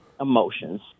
emotions